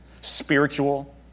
spiritual